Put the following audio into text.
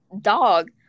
dog